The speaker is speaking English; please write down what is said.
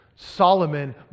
Solomon